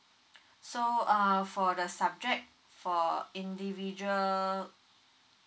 so uh for the subject for individual